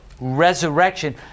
resurrection